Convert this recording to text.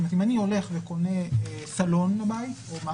זאת אומרת,